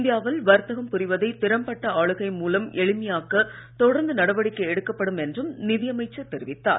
இந்தியாவில் வர்த்தகம் புரிவதை திறம்பட்ட ஆளுகை மூலம் எளிமையாக்க தொடர்ந்து நடவடிக்கை எடுக்கப்படும் என்றும் நிதி அமைச்சர் தெரிவித்தார்